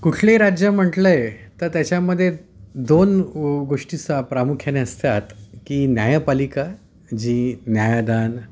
कुठलेही राज्य म्हटले तर त्याच्यामध्ये दोन गोष्टीचा प्रामुख्याने असतात की न्यायपालिका जी न्यायदान